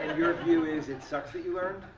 your view is it sucks that you learned?